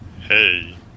Hey